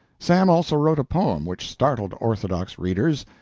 sam also wrote a poem which startled orthodox readers.